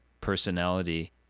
personality